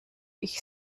ich